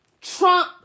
Trump